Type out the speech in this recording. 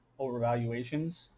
overvaluations